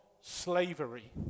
slavery